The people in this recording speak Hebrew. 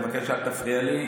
אני מבקש, אל תפריע לי.